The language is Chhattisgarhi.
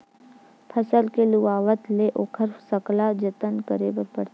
फसल के लुवावत ले ओखर सकला जतन करे बर परथे